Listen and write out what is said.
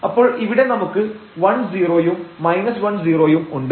അപ്പോൾ ഇവിടെ നമുക്ക് 10യും 10യും ഉണ്ട്